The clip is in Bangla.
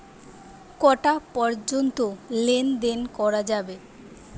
কটা পর্যন্ত লেন দেন করা যাবে?